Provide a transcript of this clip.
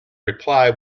reply